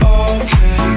okay